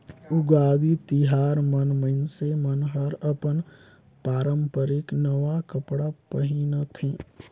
उगादी तिहार मन मइनसे मन हर अपन पारंपरिक नवा कपड़ा पहिनथे